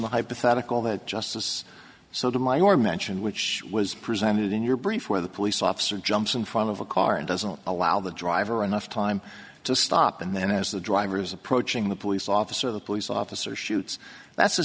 the hypothetical that justice sotomayor mentioned which was presented in your brief where the police officer jumps in front of a car and doesn't allow the driver enough time to stop and then as the driver is approaching the police officer the police officer shoots that's a